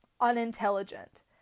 unintelligent